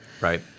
right